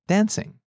Dancing